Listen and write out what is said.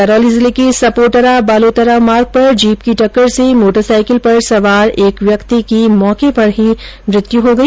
करौली जिले के सपोटरा बालोतरा मार्ग पर जीप की टक्कर से मोटरसाईकिल पर सवार एक व्यक्ति की मौके पर ही मौत हो गई